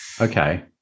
Okay